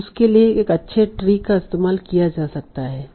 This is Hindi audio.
उसके लिए एक अच्छे ट्री का इस्तेमाल किया जा सकता है